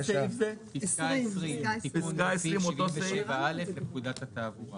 סעיף 77(א) לפקודת התעבורה.